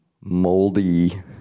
moldy